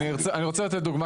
אני רוצה לתת דוגמא קיצונית.